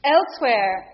Elsewhere